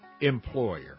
Employer